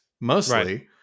mostly